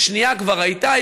השנייה כבר הייתה ריקה,